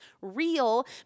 real